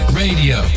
radio